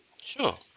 Sure